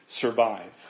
survive